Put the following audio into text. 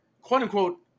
quote-unquote